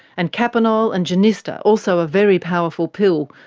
and kapanol and jurnista, also a very powerful pill,